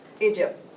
Egypt